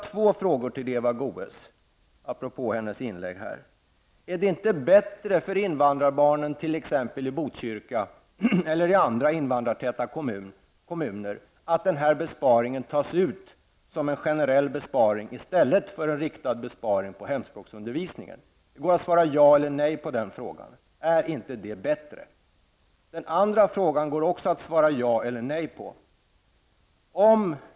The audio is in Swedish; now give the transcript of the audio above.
Är det inte bättre för invandrarbarnen, t.ex. i Botkyrka eller i andra invandrartäta kommuner, att den här besparingen tas ut som en generell besparing i stället för att den riktas på hemspråksundervisningen? Det går att svara ja eller nej på den frågan. Är inte det bättre? Det var den första frågan. Den andra frågan går det också att svara ja eller nej på.